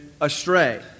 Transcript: astray